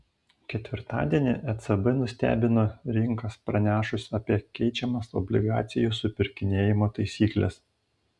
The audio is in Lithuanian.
ketvirtadienį ecb nustebino rinkas pranešus apie keičiamas obligacijų supirkinėjimo taisykles